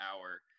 hour